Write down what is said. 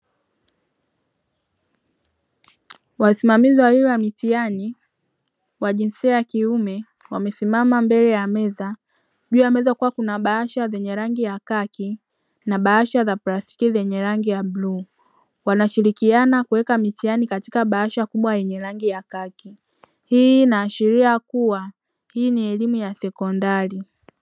Wasimamizi wawili wa mitihani wa jinsia ya kiume wamesimama mbele ya meza, juu ya meza kukiwa kuna bahasha ya rangi ya khaki na bahasha za plastiki zenye rangi ya bluu wanashirikiana kuweka mitihani katika bahasha kubwa yenye rangi ya khaki, hii inaashiria kuwa hii ni elimu ya sekondari.